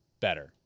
better